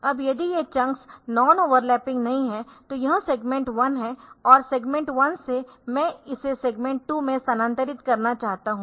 अब यदि ये चंक्स नॉन ओवरलैपिंग नहीं हैं तो यह सेगमेंट 1 है और सेगमेंट 1 से मैं इसे सेगमेंट 2 में स्थानांतरित करना चाहता हूं